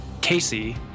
casey